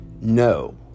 No